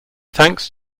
thanks